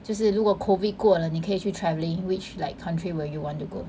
就是如果 COVID 过了你可以去 travelling which like country will you want to go